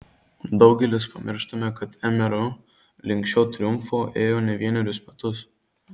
daugelis pamirštame kad mru link šio triumfo ėjo ne vienerius metus